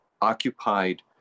occupied